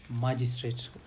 magistrate